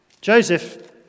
Joseph